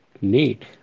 neat